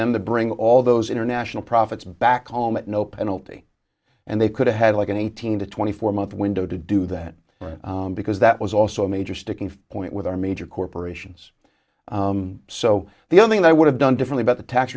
them to bring all those international profits back home at no penalty and they could have had like an eighteen to twenty four month window to do that because that was also a major sticking point with our major corporations so the only thing i would have done differently but the tax